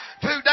today